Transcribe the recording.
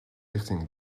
richting